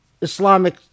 Islamic